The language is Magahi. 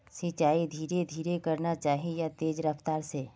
सिंचाई धीरे धीरे करना चही या तेज रफ्तार से?